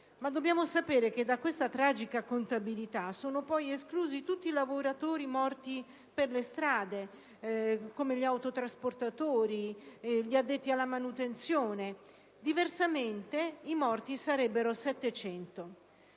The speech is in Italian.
dobbiamo però sapere che da questa tragica contabilità sono esclusi tutti i lavoratori morti per le strade, come gli autotrasportatori o gli addetti alla manutenzione stradale; diversamente i morti sarebbero 700.